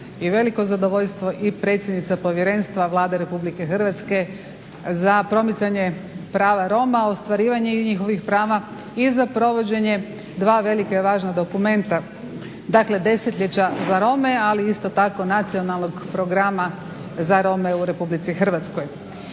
i veliko zadovoljstvo i predsjednica Povjerenstva Vlade Republike Hrvatske za promicanje prava Roma, ostvarivanje njihovih prava i za provođenje dva velika i važna dokumenta, dakle desetljeća za Rome, ali isto tako i Nacionalnog programa za Rome u Republici Hrvatskoj.